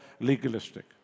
legalistic